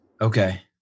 Okay